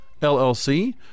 LLC